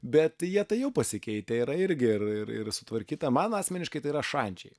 bet jie tai jau pasikeitę yra irgi ir ir ir sutvarkyta man asmeniškai tai yra šančiai